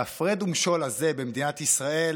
ההפרד ומשול הזה במדינת ישראל